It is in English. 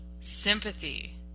sympathy